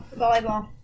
Volleyball